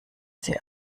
sie